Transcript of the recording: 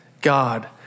God